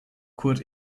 kurt